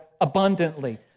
abundantly